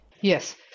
Yes